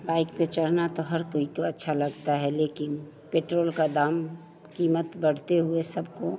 bike पर चढ़ना तो हर कोई को अच्छा लगता है लेकिन पेट्रोल का दाम कीमत बढ़ते हुए सबको